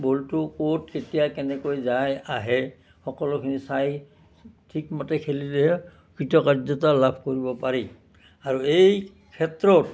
বলটো ক'ত কেতিয়া কেনেকৈ যায় আহে সকলোখিনি চাই ঠিকমতে খেলিলেহে কৃতকাৰ্যতা লাভ কৰিব পাৰি আৰু এই ক্ষেত্ৰত